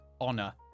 honor